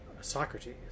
Socrates